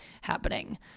happening